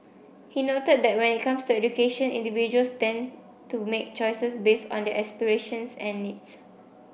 he noted that when it comes to education individuals tend to make choices based on their aspirations and needs